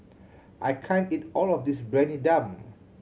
I can't eat all of this Briyani Dum